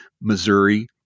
Missouri